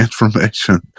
information